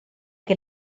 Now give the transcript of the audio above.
che